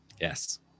Yes